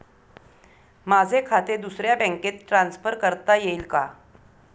माझे खाते दुसऱ्या बँकेत ट्रान्सफर करता येईल का?